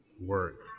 work